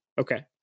Okay